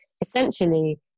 essentially